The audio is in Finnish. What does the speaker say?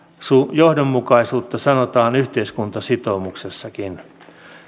johdonmukaisuutta sanotaan yhteiskuntasitoumuksessakin